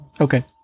Okay